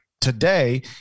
today